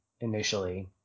initially